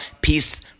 Peace